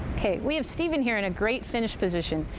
okay, we have steven here in a great finish position.